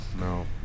No